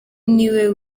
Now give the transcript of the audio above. niwe